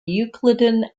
euclidean